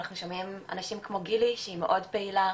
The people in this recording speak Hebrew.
אנחנו שומעים אנשים כמו גילים, שהיא מאוד פעילה.